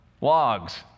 logs